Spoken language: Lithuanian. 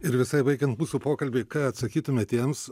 ir visai baigiant mūsų pokalbį ką atsakytumėt tiems